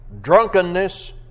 drunkenness